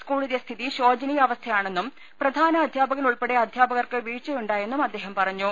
സ്കൂളിലെ സ്ഥിതി ശോചനീയാവസ്ഥയാണെന്നും പ്രധാ നഅധ്യാപകൻ ഉൾപ്പെടെ അധ്യാപകർക്ക് വീഴ്ചയുണ്ടായെന്നും അദ്ദേഹം പറഞ്ഞു